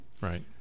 Right